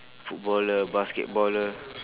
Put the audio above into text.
footballer basketballer